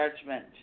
judgment